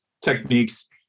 techniques